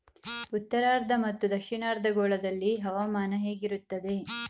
ಉತ್ತರಾರ್ಧ ಮತ್ತು ದಕ್ಷಿಣಾರ್ಧ ಗೋಳದಲ್ಲಿ ಹವಾಮಾನ ಹೇಗಿರುತ್ತದೆ?